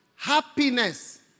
Happiness